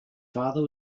father